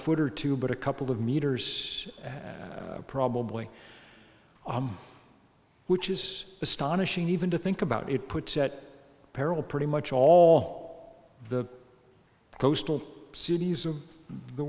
foot or two but a couple of meters probably which is astonishing even to think about it puts at peril pretty much all the coastal cities of the